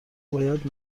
باید